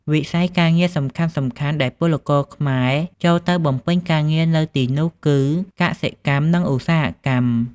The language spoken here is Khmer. វិស័យការងារសំខាន់ៗដែលពលករខ្មែរចូលទៅបំពេញការងារនៅទីនោះគឺ កសិកម្ម និង ឧស្សាហកម្ម ។